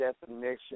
definition